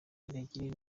niragire